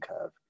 curve